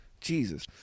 jesus